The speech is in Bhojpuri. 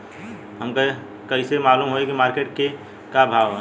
हमके कइसे मालूम होई की मार्केट के का भाव ह?